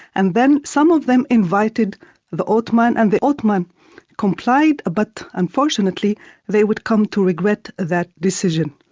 and then some of them invited the ottoman, and the ottoman complied but unfortunately they would come to regret that decision.